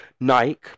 Nike